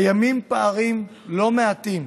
קיימים פערים לא מעטים